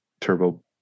turbo